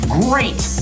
great